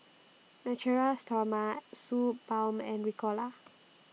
Natura Stoma Suu Balm and Ricola